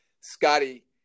Scotty